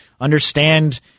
understand